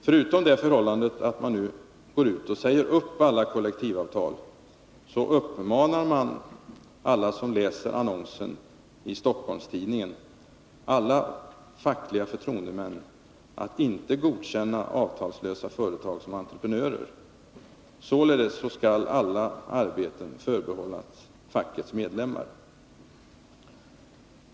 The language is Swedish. Förutom att man nu går ut och säger upp alla kollektivavtal uppmanar man alla som läser annonsen i Stockolms-Tidningen — alla fackliga förtroendemän — att inte godkänna avtalslösa företag som entreprenörer. Således skall alla arbeten förbehållas fackets medlemmar.